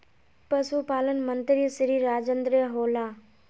पशुपालन मंत्री श्री राजेन्द्र होला?